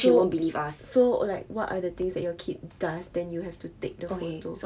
so so uh like what are the things that your kid does then you have to take the photo